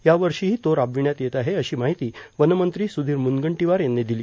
यावर्षी ही तो राबविण्यात येत आहे अशी माहिती वन मंत्री सुधीर मुनगंटीवार यांनी दिली